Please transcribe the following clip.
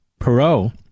Perot